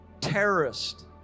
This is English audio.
terrorist